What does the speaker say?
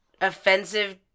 offensive